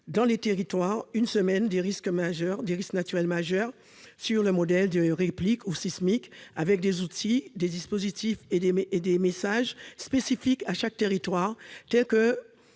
dans les territoires, une « semaine des risques naturels majeurs » sur le modèle de REPLIK ou de SISMIK, avec des outils, des dispositifs et des messages spécifiques à chaque territoire, tels que